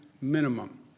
minimum